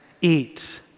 eat